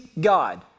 God